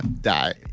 die